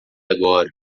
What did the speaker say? agora